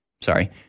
sorry